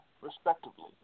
respectively